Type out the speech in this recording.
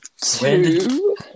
two